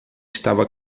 estava